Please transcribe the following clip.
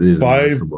Five